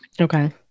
Okay